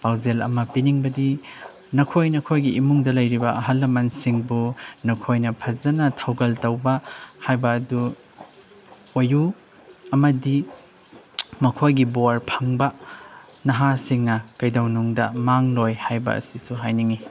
ꯄꯥꯎꯖꯦꯜ ꯑꯃ ꯄꯤꯅꯤꯡꯕꯗꯤ ꯅꯈꯣꯏ ꯅꯈꯣꯏꯒꯤ ꯏꯃꯨꯡꯗ ꯂꯩꯔꯤꯕ ꯑꯍꯟ ꯂꯃꯟꯁꯤꯡꯕꯨ ꯅꯈꯣꯏꯅ ꯐꯖꯅ ꯊꯧꯒꯜ ꯇꯧꯕ ꯍꯥꯏꯕ ꯑꯗꯨ ꯑꯣꯏꯌꯨ ꯑꯃꯗꯤ ꯃꯈꯣꯏꯒꯤ ꯕꯣꯔ ꯐꯪꯕ ꯅꯍꯥꯁꯤꯡꯅ ꯀꯩꯗꯧꯅꯨꯡꯗ ꯃꯥꯡꯂꯣꯏ ꯍꯥꯏꯕ ꯑꯁꯤꯁꯨ ꯍꯥꯏꯅꯤꯡꯉꯤ